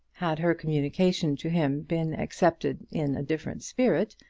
had her communication to him been accepted in a different spirit,